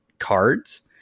Cards